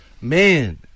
man